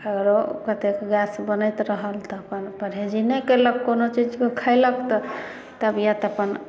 औरो कतेक गैस बनैत रहल तऽ अपन परहेजी नहि कयलक कोनो चीजके खेलक तऽ तबियत अपन